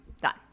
Done